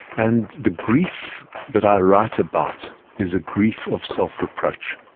and the grief that i write about is a grief of self-reproach,